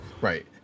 Right